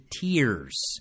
tears